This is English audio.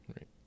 right